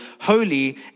holy